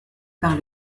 par